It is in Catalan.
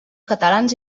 catalans